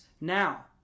Now